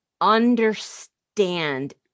understand